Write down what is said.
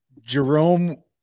Jerome